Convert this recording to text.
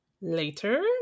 later